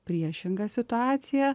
priešingą situaciją